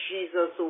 Jesus